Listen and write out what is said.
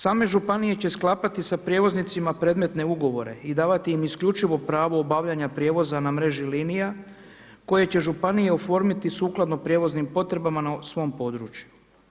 Same županije će sklapati sa prijevoznicima predmetne ugovore i davati im isključivo pravo obavljanja prijevoza na mreži linija koje će županija oformiti sukladno prijevoznim potrebama na svom području.